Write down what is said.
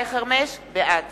בעד